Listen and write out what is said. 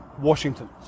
Washington